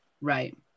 Right